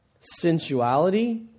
sensuality